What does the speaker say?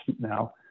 now